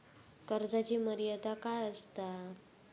कर्जाची मर्यादा काय असता?